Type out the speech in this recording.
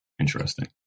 Interesting